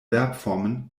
verbformen